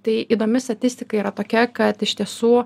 tai įdomi statistika yra tokia kad iš tiesų